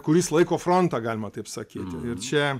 kuris laiko frontą galima taip sakyti ir čia